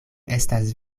estas